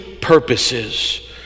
purposes